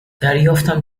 دریافتم